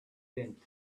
tent